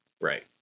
Right